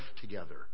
together